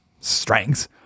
strengths